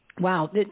wow